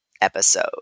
episode